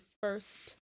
first